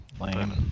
lame